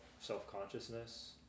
self-consciousness